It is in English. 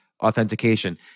authentication